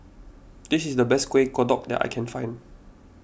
this is the best Kuih Kodok that I can find